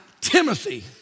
Timothy